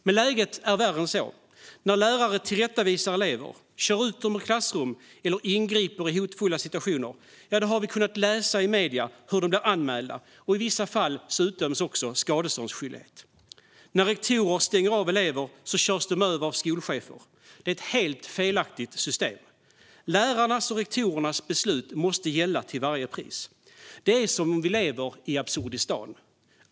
Men läget är värre än så. När lärare tillrättavisar elever, kör ut dem ur klassrum eller ingriper i hotfulla situationer läser vi i medierna hur de blir anmälda och i vissa fall till och med skadeståndsskyldiga. När rektorer stänger av elever körs de över av skolchefer. Det är ett helt felaktigt system. Lärarnas och rektorernas beslut måste gälla till varje pris. Det är som om vi lever i Absurdistan.